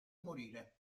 morire